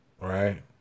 right